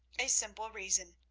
a simple reason.